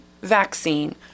vaccine